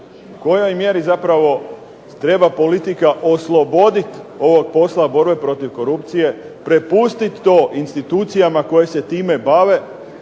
u kojoj mjeri zapravo treba politika osloboditi ovog posla borbe protiv korupcije, prepustiti to institucijama koje se time bave,